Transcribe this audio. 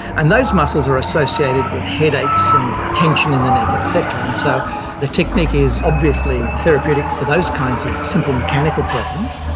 and those muscles are associated with headaches and tension in the neck et cetera, and so the technique is obviously therapeutic for those kinds of simple mechanical problems.